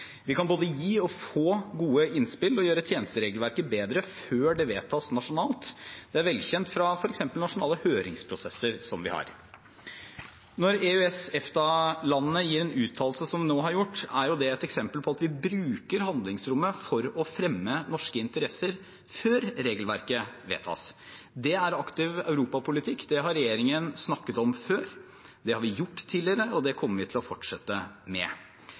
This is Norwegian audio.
Vi kan både gi og få gode innspill og gjøre tjenesteregelverket bedre før det vedtas nasjonalt. Det er velkjent fra f.eks. nasjonale høringsprosesser som vi har. Når EØS/EFTA-landene gir en uttalelse slik de nå har gjort, er det et eksempel på at vi bruker handlingsrommet for å fremme norske interesser før regelverket vedtas. Det er aktiv europapolitikk. Det har regjeringen snakket om før, det har vi gjort tidligere, og det kommer vi til å fortsette med. Regjeringen kommer til å fortsette med